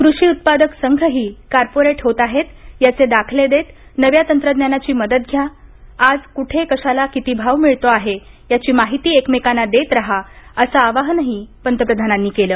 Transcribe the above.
कृषी उत्पादक संघही कार्पोरेट होत आहेत याचे दाखले देत नव्या तंत्रज्ञानाची मदत घ्या आजकुठे कशाला किती भाव मिळतो आहे याची माहिती एकमेकांना देत राहा असं आवाहनही पंतप्रधानांनी केले